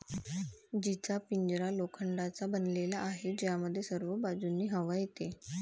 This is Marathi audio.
जीचा पिंजरा लोखंडाचा बनलेला आहे, ज्यामध्ये सर्व बाजूंनी हवा येते